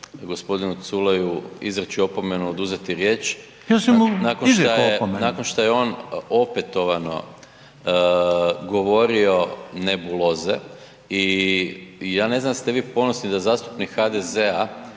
opomenu./… **Maras, Gordan (SDP)** … nakon što je on opetovano govorio nebuloze i ja ne znam jeste vi ponosni da zastupnik HDZ-a